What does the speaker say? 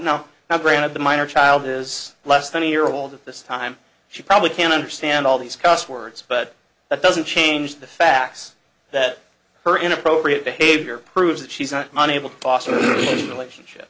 no now granted the minor child is less than a year old at this time she probably can't understand all these cuss words but that doesn't change the facts that her inappropriate behavior proves that she's not on able to possible relationship